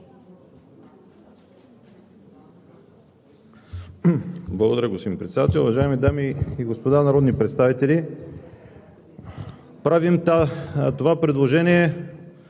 Благодаря, господин Председател. Уважаеми дами и господа народни представители! Правим това предложение